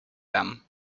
them